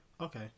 Okay